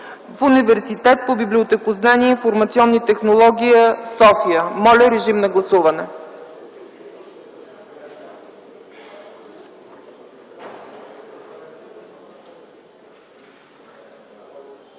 в Университет по библиотекознание и информационни технологии – София.” Моля, режим на гласуване!